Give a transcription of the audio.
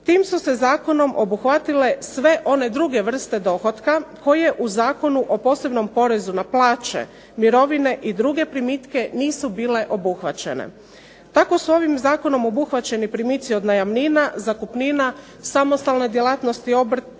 Tim su se zakonom obuhvatile sve one druge vrste dohotka koje u Zakonu o posebnom porezu na plaće, mirovine i druge primitke nisu bile obuhvaćene. Tako su ovim zakonom obuhvaćeni primici od najamnina, zakupnina, samostalne djelatnosti, obrta,